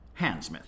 Handsmith